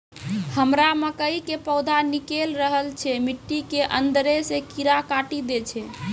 हमरा मकई के पौधा निकैल रहल छै मिट्टी के अंदरे से कीड़ा काटी दै छै?